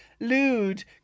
lewd